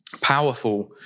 powerful